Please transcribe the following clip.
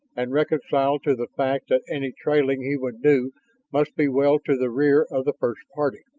and reconciled to the fact that any trailing he would do must be well to the rear of the first party.